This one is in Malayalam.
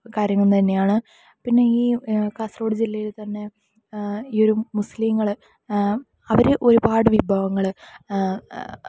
ഒരു കാര്യങ്ങൾ തന്നെയാണ് പിന്നെ ഈ കാസർഗോഡ് ജില്ലയിൽ തന്നെ ഈ ഒര് മുസ്ലിങ്ങള് അവര് ഒരുപാട് വിഭവങ്ങള്